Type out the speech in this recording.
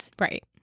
Right